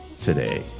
today